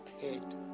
head